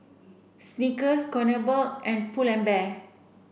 Snickers Kronenbourg and Pull and Bear